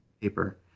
paper